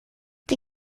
die